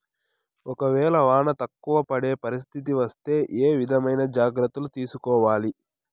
ఒక వేళ వాన తక్కువ పడే పరిస్థితి వస్తే ఏ విధమైన జాగ్రత్తలు తీసుకోవాలి?